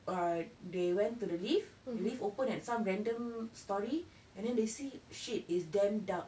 uh they went to the lift the lift open at some random storey and then they see shit it's damn dark